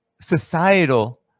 societal